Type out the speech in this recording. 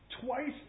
Twice